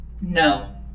No